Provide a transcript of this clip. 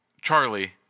Charlie